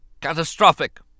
Catastrophic